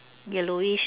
yellowish